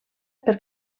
per